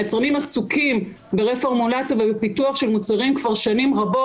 היצרנים עסוקים ברפורמולציה ובפיתוח של מוצרים כבר שנים רבות,